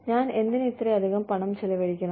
ഞാൻ എന്തിന് ഇത്രയധികം പണം ചെലവഴിക്കണം